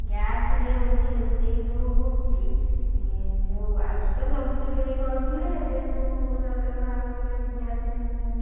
ଗ୍ୟାସରେ ହଉଛି ରୋଷେଇ ଯେଉଁ ହଉଛି ଯେଉଁ ଆଗରୁ ତ ସବୁ ଚୁଲିରେ କରୁଥିଲେ ଏବେ ସବୁ ସରକାର ବାହାର କଲେଣି ଗ୍ୟାସ